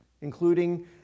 including